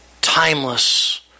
timeless